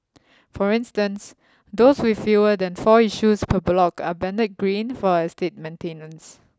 for instance those with fewer than four issues per block are banded green for estate maintenance